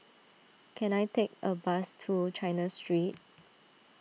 can I take a bus to China Street